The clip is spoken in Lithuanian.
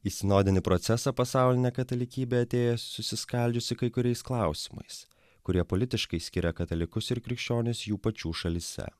į sinodinį procesą pasaulinę katalikybę atėjo susiskaldžiusi kai kuriais klausimais kurie politiškai skiria katalikus ir krikščionis jų pačių šalyse